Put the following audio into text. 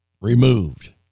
removed